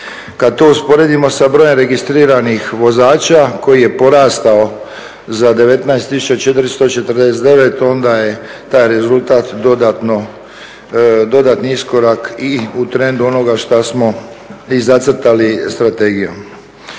Kad to usporedimo sa brojem registriranih vozača koji je porastao za 19 449 onda je taj rezultat dodatni iskorak i u trendu onoga što smo i zacrtali strategijom.